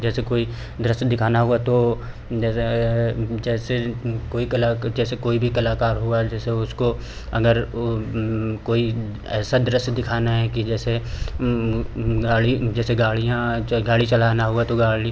जैसे कोई दृश्य दिखाना हुआ तो जैसे कोई कला जैसे कोई भी कलाकार हुआ जैसे उसको अगर कोई ऐसा दृश्य दिखाना है कि जैसे गाड़ी जैसे गाड़ियां गाड़ी चलाना हुआ तो गाड़ी